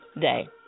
day